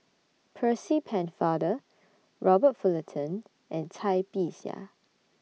Percy Pennefather Robert Fullerton and Cai Bixia